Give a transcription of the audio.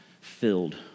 filled